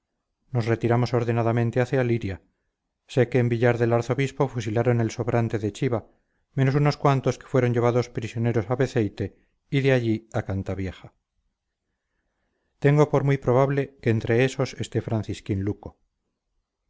nos retiramos ordenadamente hacia liria sé que en villar del arzobispo fusilaron el sobrante de chiva menos unos cuantos que fueron llevados prisioneros a beceite y de allí a cantavieja tengo por muy probable que entre esos esté francisquín luco